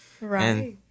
Right